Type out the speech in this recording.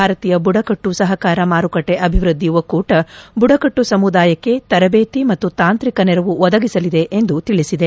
ಭಾರತೀಯ ಬುಡಕಟ್ಟು ಸಹಕಾರ ಮಾರುಕಟ್ಟೆ ಅಭಿವೃದ್ಧಿ ಒಕ್ಕೂಟ ಬುಡಕಟ್ಟು ಸಮುದಾಯಕ್ಕೆ ತರಬೇತಿ ಮತ್ತು ತಾಂತ್ರಿಕ ನೆರವು ಒದಗಿಸಲಿದೆ ಎಂದು ತಿಳಿಸಿದೆ